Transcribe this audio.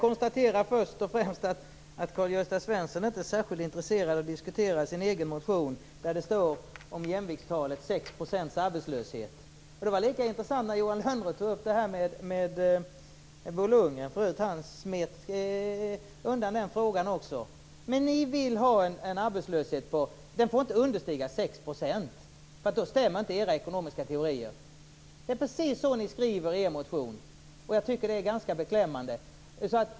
Herr talman! Karl-Gösta Svenson är inte särskilt intresserad av att diskutera sin egen motion där det står om jämviktstalet 6 % arbetslöshet. Det var likadant när Johan Lönnroth tog upp detta med Bo Lundgren. Han smet också undan den frågan. Enligt er motion får arbetslösheten inte understiga 6 %. Då stämmer inte era ekonomiska teorier. Det är precis så ni skriver i er motion. Jag tycker att det är ganska beklämmande.